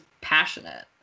passionate